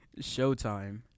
Showtime